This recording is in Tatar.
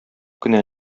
кенә